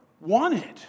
wanted